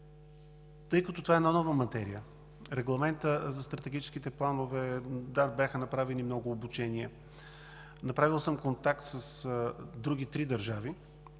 тъй като това е една нова материя – Регламентът за стратегическите планове, бяха направени много обучения. Направил съм контакт с други три държави,